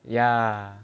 ya